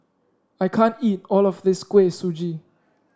I can't eat all of this Kuih Suji